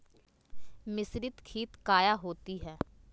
मिसरीत खित काया होती है?